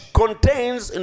contains